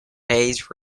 hays